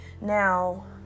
now